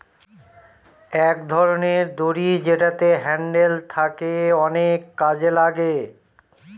এক ধরনের দড়ি যেটাতে হ্যান্ডেল থাকে অনেক কাজে লাগে